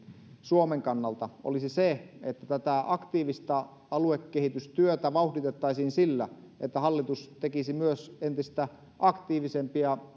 suomen kannalta olisi se että tätä aktiivista aluekehitystyötä vauhditettaisiin sillä että hallitus tekisi myös entistä aktiivisempia